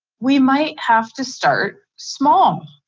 we might have to start small.